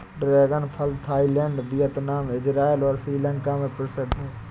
dragon फल Thailand, Vietnam, Israel और श्रीलंका में प्रसिद्ध है